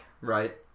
Right